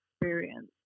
experience